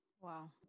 wow